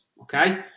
okay